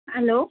hello